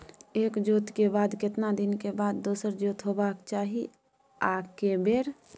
एक जोत के बाद केतना दिन के बाद दोसर जोत होबाक चाही आ के बेर?